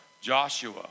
Joshua